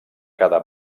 cada